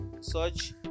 search